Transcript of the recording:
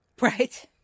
right